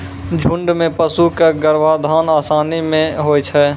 झुंड म पशु क गर्भाधान आसानी सें होय छै